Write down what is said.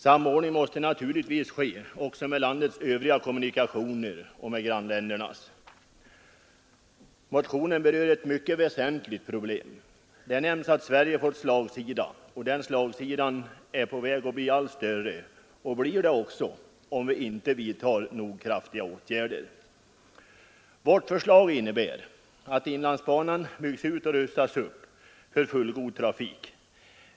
Samordning måste naturligtvis ske också med landets övriga kommunikationer och med grannländernas. Motionen berör ett mycket väsentligt problem. Där nämns att Sverige fått slagsida, och den slagsidan blir allt värre, om vi inte vidtar nog kraftiga åtgärder. Vårt motionsförslag innebär att inlandsbanan byggs ut och rustas upp för fullgod trafik.